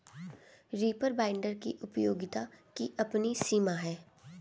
reaper binder की उपयोगिता की अपनी सीमा है